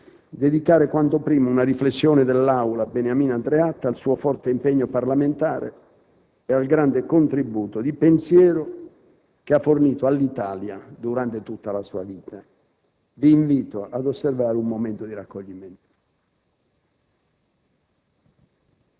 Credo sia giusto dedicare quanto prima una riflessione dell'Aula a Beniamino Andreatta, al suo forte impegno parlamentare e al grande contributo di pensiero che ha fornito all'Italia durante tutta la sua vita. *(Generali applausi)*. Vi invito ad osservare un minuto di raccoglimento.